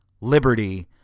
liberty